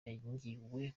yangiwe